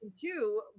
two